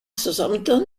southampton